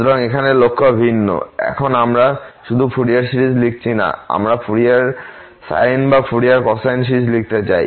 সুতরাং এখানে লক্ষ্য ভিন্ন এখন আমরা শুধু ফুরিয়ার সিরিজ লিখছি না আমরা ফুরিয়ার সাইন বা ফুরিয়ার কোসাইন সিরিজ লিখতে চাই